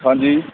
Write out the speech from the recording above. ਹਾਂਜੀ